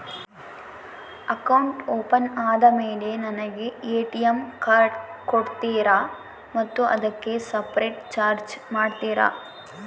Account open ಆದಮೇಲೆ ನನಗೆ ATM card ಕೊಡ್ತೇರಾ ಮತ್ತು ಅದಕ್ಕೆ ಸಪರೇಟ್ ಚಾರ್ಜ್ ಮಾಡ್ತೇರಾ?